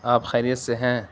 آپ خیریت سے ہیں